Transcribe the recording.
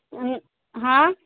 हाँ